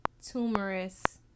tumorous